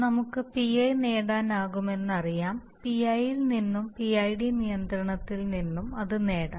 നമുക്ക് PI നേടാനാകുമെന്ന് അറിയാം PI യിൽ നിന്നും PID നിയന്ത്രണത്തിൽ നിന്നും അത് നേടാം